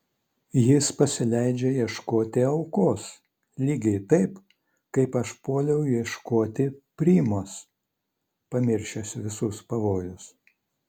jis pasileidžia ieškoti aukos lygiai taip kaip aš puoliau ieškoti primos pamiršęs visus pavojus